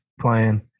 playing